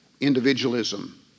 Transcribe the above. individualism